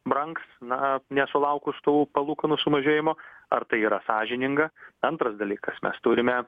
brangs na nesulaukus tų palūkanų sumažėjimo ar tai yra sąžininga antras dalykas mes turime